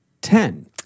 Ten